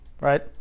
right